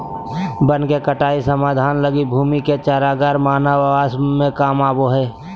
वन के कटाई समाधान लगी भूमि के चरागाह मानव आवास में काम आबो हइ